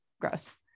Gross